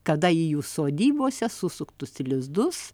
kada į jų sodybose susuktus lizdus